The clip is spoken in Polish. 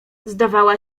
zdawała